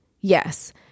Yes